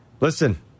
listen